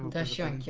um gesture and